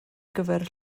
gyfer